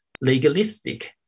legalistic